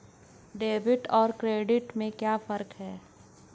Debit और credit में क्या फर्क है?